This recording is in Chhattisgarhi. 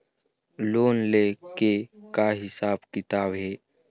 लोन ले के का हिसाब किताब हे?